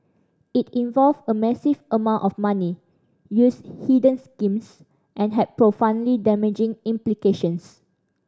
it involved a massive amount of money used hidden schemes and had profoundly damaging implications